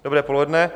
Dobré poledne.